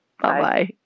Bye-bye